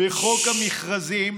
בחוק המכרזים,